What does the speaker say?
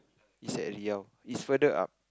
it's at Riau it's further up